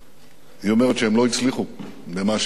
היא אומרת שהם לא הצליחו במה שהם תכננו.